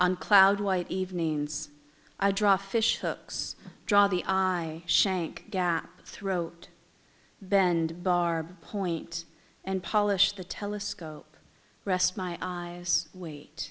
on cloud white evenings i draw fish hooks draw the eye shank gap throat bend bar point and polish the telescope rest my eyes wait